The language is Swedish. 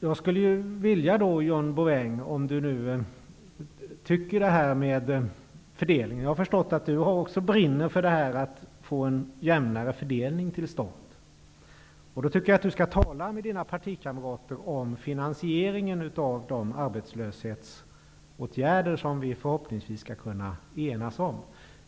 Jag har förstått att även John Bouvin brinner för detta att få en jämnare fördelning till stånd. Jag tycker att han skall tala med sina partikamrater om finansieringen av de arbetslöshetsåtgärder som vi förhoppningsvis skall kunna enas om.